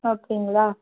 அப்படிங்களா